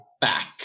back